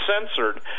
censored